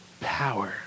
power